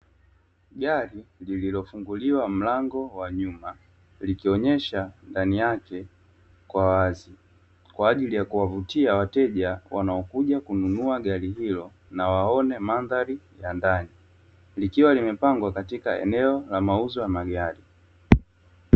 Gari lililofunguliwa mlango wa nyuma likionyesha ndani yake kwa wazi, kwa ajili ya kuwavutia wateja wanaokuja kununua gari hilo na waone mandhari ya ndani, likiwa limepangwa katika eneo la mauzo ya magari.